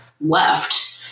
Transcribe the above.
left